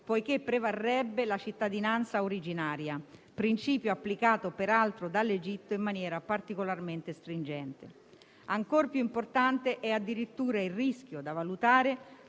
poiché prevarrebbe la cittadinanza originaria, principio applicato peraltro dall'Egitto in maniera particolarmente stringente. Ancor più importante è addirittura il rischio, da valutare,